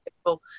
people